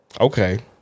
Okay